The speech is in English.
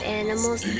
animals